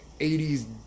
80s